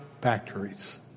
factories